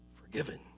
forgiven